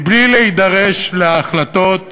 בלי להידרש להחלטות